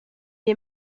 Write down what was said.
est